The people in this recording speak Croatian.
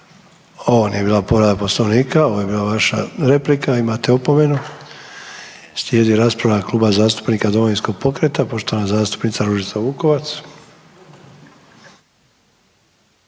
Ovo nije bila povreda Poslovnika ovo je bila vaša replika, imate opomenu. Slijedi rasprava Kluba zastupnika Domovinskog pokreta poštovana zastupnica Ružica Vukovac.